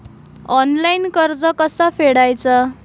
Online कर्ज कसा फेडायचा?